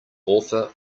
author